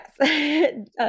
Yes